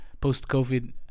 post-Covid